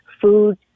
food